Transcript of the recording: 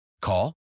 Call